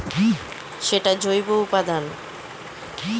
অনেক প্রাকৃতিক জিনিস দিয়ে যখন চাষ করা হয়